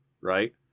right